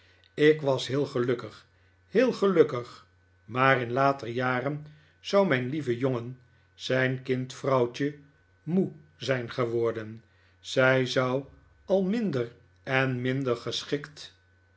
ik was heel gelukkig heel gelukkig maar in later jaren zou mijn lieve jongen zijn kind vrouwtje moe zijn geworden zij zou al minder en minder geschikt